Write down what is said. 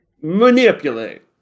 Manipulate